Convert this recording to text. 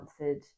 answered